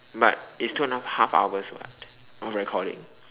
but it's two and a half half hours [what] of recording